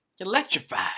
Electrified